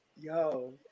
yo